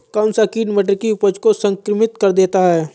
कौन सा कीट मटर की उपज को संक्रमित कर देता है?